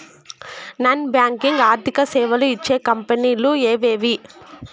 Non banking ఆర్థిక సేవలు ఇచ్చే కంపెని లు ఎవేవి?